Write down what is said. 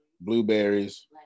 blueberries